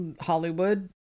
Hollywood